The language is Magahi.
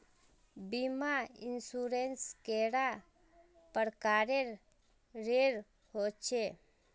बीमा इंश्योरेंस कैडा प्रकारेर रेर होचे